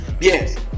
yes